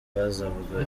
bazavuga